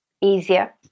easier